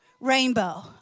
rainbow